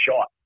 shot